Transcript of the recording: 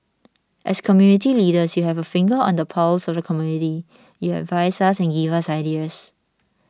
as community leaders you have a finger on the pulse of the community you advise us and give us ideas